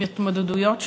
עם התמודדויות שונות,